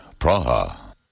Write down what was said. Praha